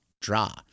draw